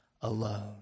alone